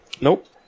Nope